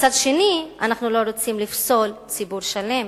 מצד שני, אנחנו לא רוצים לפסול ציבור שלם